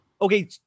Okay